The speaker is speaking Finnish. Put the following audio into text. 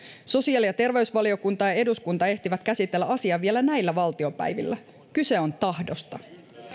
sosiaali ja terveysvaliokunta ja eduskunta ehtivät käsitellä asian vielä näillä valtiopäivillä kyse on tahdosta